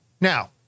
Now